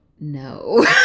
No